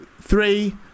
Three